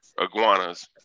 iguanas